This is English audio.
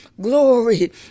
Glory